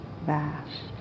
vast